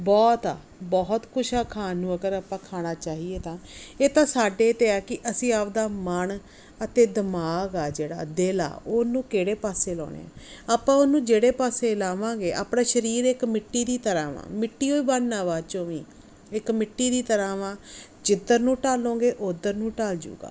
ਬਹੁਤ ਆ ਬਹੁਤ ਕੁਛ ਆ ਖਾਣ ਨੂੰ ਅਗਰ ਆਪਾਂ ਖਾਣਾ ਚਾਹੀਏ ਤਾਂ ਇਹ ਤਾਂ ਸਾਡੇ 'ਤੇ ਆ ਕਿ ਅਸੀਂ ਆਪਦਾ ਮਨ ਅਤੇ ਅਤੇ ਦਿਮਾਗ ਆ ਜਿਹੜਾ ਦਿਲ ਆ ਉਹਨੂੰ ਕਿਹੜੇ ਪਾਸੇ ਲਾਉਂਦੇ ਹਾਂ ਆਪਾਂ ਉਹਨੂੰ ਜਿਹੜੇ ਪਾਸੇ ਲਾਵਾਂਗੇ ਆਪਣਾ ਸਰੀਰ ਇੱਕ ਮਿੱਟੀ ਦੀ ਤਰ੍ਹਾਂ ਵਾ ਮਿੱਟੀ ਓ ਬਣਨਾ ਬਾਅਦ 'ਚ ਵੀ ਇੱਕ ਮਿੱਟੀ ਦੀ ਤਰ੍ਹਾਂ ਵਾ ਜਿੱਧਰ ਨੂੰ ਢਾਲੋਗੇ ਉੱਧਰ ਨੂੰ ਢਲ ਜਾਊਗਾ